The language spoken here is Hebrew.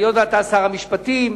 היות שאתה שר המשפטים,